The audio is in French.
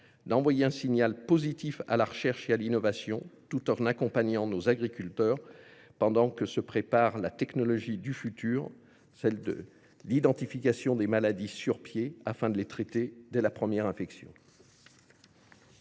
envoyons un signal positif à la recherche et à l’innovation tout en accompagnant nos agriculteurs, dans l’attente d’une technologie qui permettra l’identification des maladies sur pied, afin de les traiter dès la première infection.